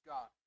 God